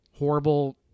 horrible